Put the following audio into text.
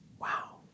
Wow